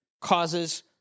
causes